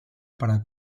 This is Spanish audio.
para